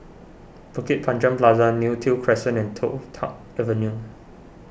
Bukit Panjang Plaza Neo Tiew Crescent and Toh Tuck Avenue